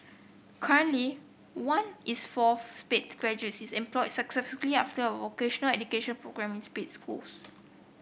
currently one is four Sped graduates is employed successfully after vocational education programmes in Sped schools